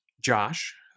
Josh